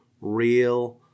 real